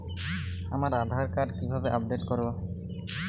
আমার আধার কার্ড কিভাবে আপডেট করব?